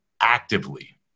actively